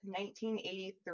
1983